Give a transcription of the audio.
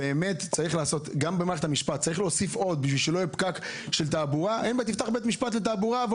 תפתח בית משפט לתעבורה,